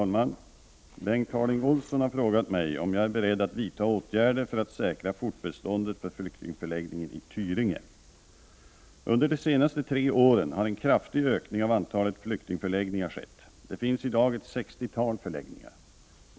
Herr talman! Bengt Harding Olson har frågat mig om jag är beredd att vidta åtgärder för att säkra fortbeståndet för flyktingförläggningen i Tyringe. Under de senaste tre åren har en kraftig ökning av antalet flyktingförläggningar skett. Det finns i dag ett sextiotal förläggningar.